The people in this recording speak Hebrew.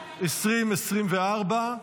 הצבעה.